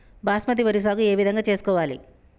బాస్మతి వరి సాగు ఏ విధంగా చేసుకోవాలి?